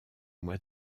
mois